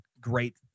great